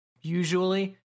usually